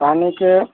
पानीके